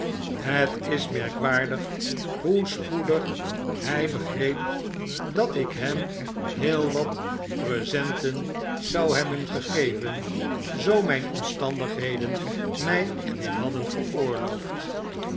het is merkwaardig hoe spoedig hij begreep dat ik hem heel wat presenten zou hebben gegeven zoo myn omstandigheden mij dit hadden veroorloofd